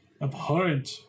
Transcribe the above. abhorrent